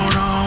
no